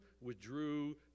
withdrew